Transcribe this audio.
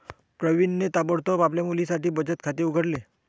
प्रवीणने ताबडतोब आपल्या मुलीसाठी बचत खाते उघडले